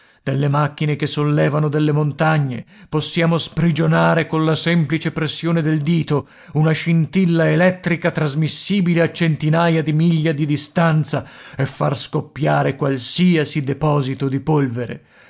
delle macchine che sollevano delle montagne possiamo sprigionare colla semplice pressione del dito una scintilla elettrica trasmissibile a centinaia di miglia di distanza e far scoppiare qualsiasi deposito di polvere